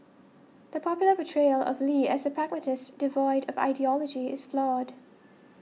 the popular portrayal of Lee as a pragmatist devoid of ideology is flawed